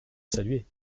saluer